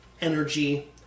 energy